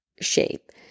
shape